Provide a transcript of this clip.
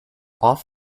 off